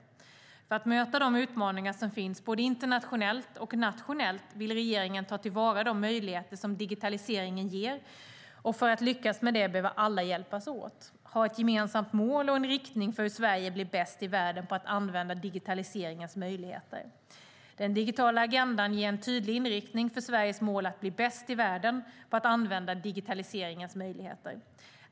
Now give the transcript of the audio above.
För att möta de utmaningar som finns både internationellt och nationellt vill regeringen ta till vara de möjligheter som digitaliseringen ger, och för att lyckas med det behöver alla hjälpas åt genom att ha ett gemensamt mål och en riktning för hur Sverige ska bli bäst i världen på att använda digitaliseringens möjligheter. Den digitala agendan ger en tydlig inriktning för Sveriges mål att bli bäst i världen på att använda digitaliseringens möjligheter.